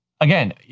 again